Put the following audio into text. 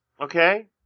Okay